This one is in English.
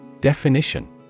Definition